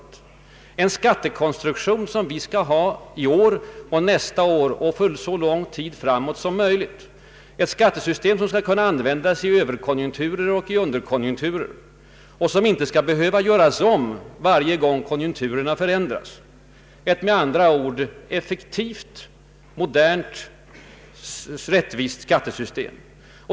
Hur skall den skattekonstruktion se ut som vi skall ha i år, nästa år och för så lång tid framåt som möjligt, ett skattesystem som skall kunna användas i överkonjunkturer och i underkonjunkturer och som inte skall behöva göras om varje gång konjunkturerna förändras — med andra ord ett effektivt, logiskt uppbyggt och rättvist skattesystem?